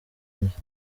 njye